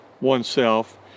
oneself